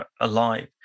alive